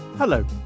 Hello